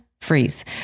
freeze